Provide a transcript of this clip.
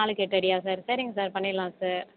நாலுக்கு எட்டு அடியா சார் சரிங்க சார் பண்ணிரலாம் சார்